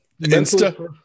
Insta